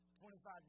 $25